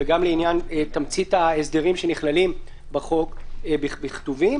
וגם לעניין תמצית ההסדרים שנכללים בחוק בכתובים,